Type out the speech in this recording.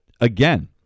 again